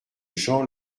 jean